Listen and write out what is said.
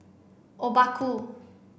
Obaku